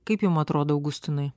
kaip jum atrodo augustinai